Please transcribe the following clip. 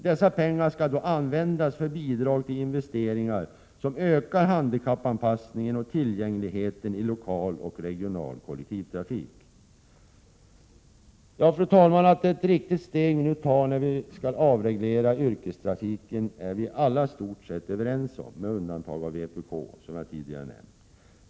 Dessa pengar skall användas till investeringar som ökar handikappanpassningen och tillgängligheten i lokal och regional kollektivtrafik. Fru talman! Att det är ett riktigt steg vi nu tar när vi skall avreglera yrkestrafiken är vi alla i stort sett överens om, med undantag av vpk som jag tidigare nämnde.